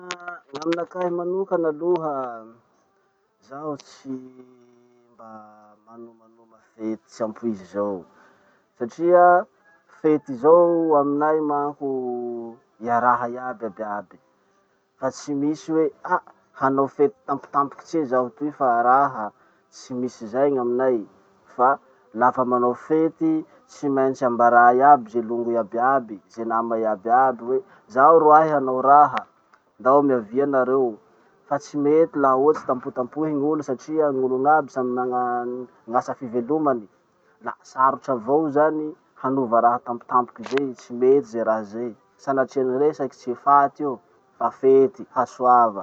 Ah! Gn'aminakahy manokana aloha, zaho tsy mba manomanoma fety tsy ampoizy zao satria fety zao aminay manko, iaraha iaby iaby iaby. Fa tsy misy hoe, ah, hanao fety tampotampoky tse zaho ty fa raha, tsy misy zay gn'aminay. Fa lafa manao fety, tsy maintsy ambarà iaby ze longo iaby iaby, ze nama iaby iaby hoe: zaho roahy hanao raha, ndao miavia nareo. Fa tsy mety la ohatsy tampotampohy ny olo satria gn'olon'aby samy mana gn'asa fivelomany. La sarotsy avao zany hanova raha tampotampoky be tsy mety ze raha zay. Sanatrian'ny resaky tsy faty io fa fety, hasoava.